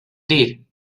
dir